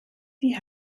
die